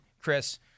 Chris